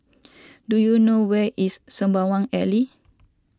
do you know where is Sembawang Alley